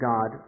God